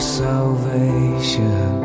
salvation